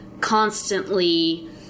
constantly